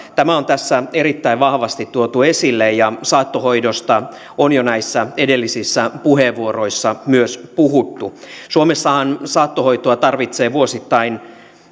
tämä on tässä erittäin vahvasti tuotu esille ja saattohoidosta on jo näissä edellisissä puheenvuoroissa myös puhuttu suomessahan saattohoitoa tarvitsee vuosittain